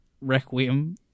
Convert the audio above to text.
Requiem